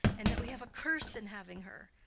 and that we have a curse in having her.